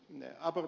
neal